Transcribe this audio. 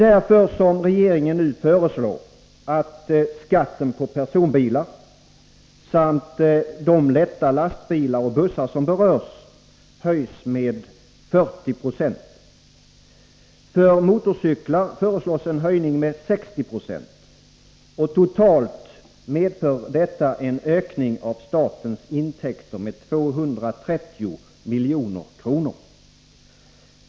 Därför föreslår regeringen nu att skatten på personbilar samt de lätta lastbilar och bussar som berörs höjs med 40 96. För motorcyklar föreslås en höjning med 60 90. Totalt medför detta en ökning av statens intäkter med 230 milj.kr.